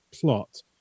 plot